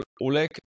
Oleg